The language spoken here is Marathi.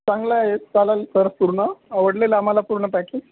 चांगलं आहे चालेल सर पूर्ण आवडलेलं आम्हाला पूर्ण पॅकेज